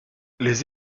les